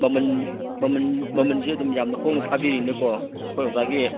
ꯃꯃꯟ ꯃꯃꯟ ꯃꯃꯟꯁꯤ ꯑꯗꯨꯝ ꯌꯥꯝꯅ ꯍꯣꯡꯅ ꯊꯥꯕꯤꯔꯤꯅꯦꯀꯣ ꯑꯩꯈꯣꯏ ꯑꯣꯖꯥꯒꯤ